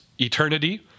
eternity